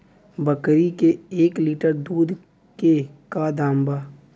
बकरी के एक लीटर दूध के का दाम बा?